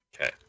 Okay